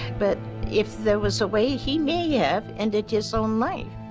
but if there was a way, he may have ended his own life.